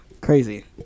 Crazy